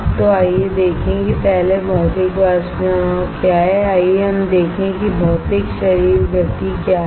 तो आइए देखें कि पहले भौतिक वाष्प जमाव क्या है आइए हम देखें कि भौतिक शरीर गति क्या है